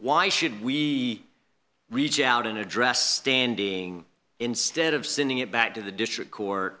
why should we reach out in a dress standing instead of sending it back to the district court